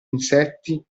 insetti